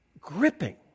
gripping